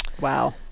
Wow